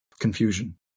confusion